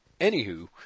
Anywho